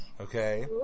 Okay